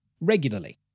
regularly